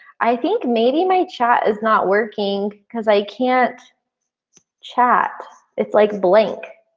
i think maybe my chat is not working because i can't chat, it's like blank,